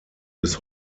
bis